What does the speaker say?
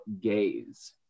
Gaze